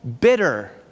bitter